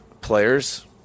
players